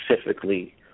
specifically